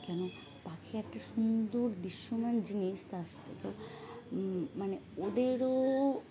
কেন পাখি একটা সুন্দর দৃশ্যমান জিনিস তার থেকে মানে ওদেরও